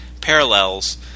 parallels